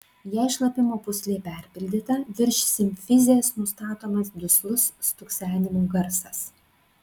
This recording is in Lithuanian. jei šlapimo pūslė perpildyta virš simfizės nustatomas duslus stuksenimo garsas